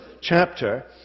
chapter